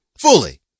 Fully